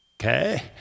Okay